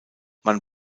man